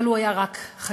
אבל הוא היה רק חגיגי.